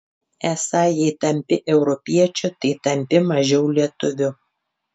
esą jei tampi europiečiu tai tampi mažiau lietuviu